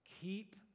Keep